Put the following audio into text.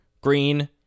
green